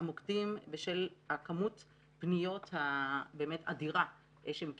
המוקדים, בשל כמות הפניות באמת האדירה שהם קיבלו,